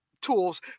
tools